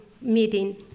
meeting